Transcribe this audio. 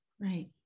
right